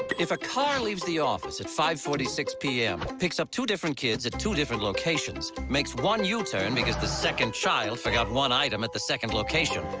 if a car leaves the office. at five forty six pm. picks up two different kids at two different locations. makes one yeah u-turn because the second child forgot one item at the second location.